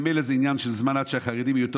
ממילא זה עניין של זמן עד שהחרדים יהיו יותר